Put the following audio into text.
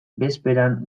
bezperan